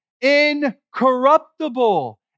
incorruptible